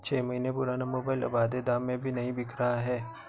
छह महीने पुराना मोबाइल अब आधे दाम में भी नही बिक रहा है